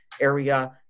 area